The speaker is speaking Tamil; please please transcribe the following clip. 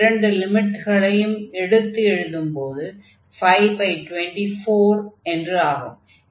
இரண்டு லிமிட்களையும் எடுத்து எழுதும்போது 524 என்று ஆகும்